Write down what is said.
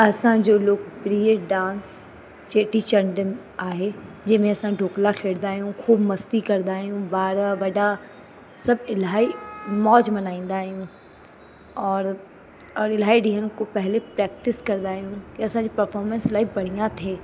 असांजो लोकप्रिय डांस चेटी चंडु आहे जंहिं में असां डोकला खेॾंदा आहियूं ख़ूब मस्ती करंदा आहियूं ॿार वॾा सभु इलाही मौज मनाईंदा आहिनि और और इलाही ॾींहंनि खां पहले प्रैक्टिस करंदा आहियूं कि असांजी परफ़ॉर्मेंस इलाही बढ़िया थिए